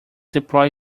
deploy